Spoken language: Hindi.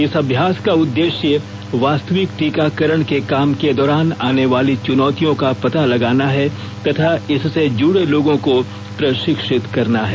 इस अभ्यास का उद्देश्य वास्तविक टीकाकरण के काम के दौरान आने वाली चुनौतियों का पता लगाना है तथा इससे जुडे लोगों को प्रशिक्षित करना है